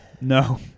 No